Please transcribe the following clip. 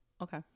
Okay